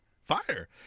fire